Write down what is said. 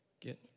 get